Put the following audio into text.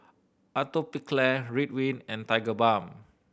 Atopiclair Ridwind and Tigerbalm